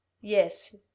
yes